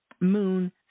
moon